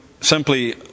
simply